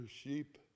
sheep